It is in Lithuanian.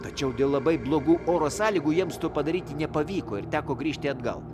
tačiau dėl labai blogų oro sąlygų jiems to padaryti nepavyko ir teko grįžti atgal